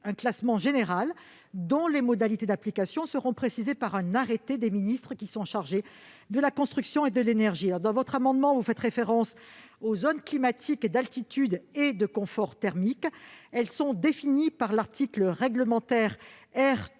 un classement général dont les modalités d'application seront précisées par un arrêté des ministres chargés de la construction et de l'énergie. Dans cet amendement, il est fait référence aux zones climatiques et d'altitude et de confort thermique. Celles-ci sont définies par l'article R.